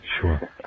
Sure